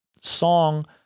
song